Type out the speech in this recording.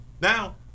Now